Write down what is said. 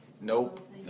Nope